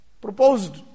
proposed